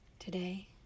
Today